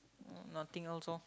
nothing else loh